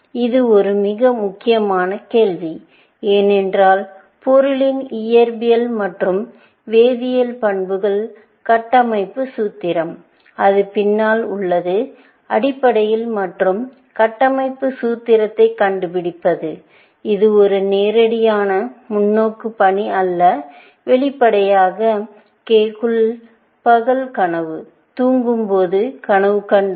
இது ஒரு மிக முக்கியமான கேள்வி ஏனென்றால் பொருளின் இயற்பியல் மற்றும் வேதியியல் பண்புகள்கட்டமைப்பு சூத்திரம் அது பின்னால் உள்ளது அடிப்படையில் மற்றும் கட்டமைப்பு சூத்திரத்தைக் கண்டுபிடிப்பது இது ஒரு நேரடியான முன்னோக்கு பணி அல்ல வெளிப்படையாக கெகுலே பகல் கனவு தூங்கும்போது கனவு கண்டார்